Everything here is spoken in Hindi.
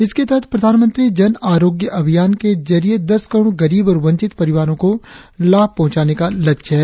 इसके तहत प्रधानमंत्री जन आरोग्य अभियान के जरिए दस करोड़ गरीब और वंचित परिवारों को लाभ पहुंचाने का लक्ष्य है